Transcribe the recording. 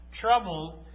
trouble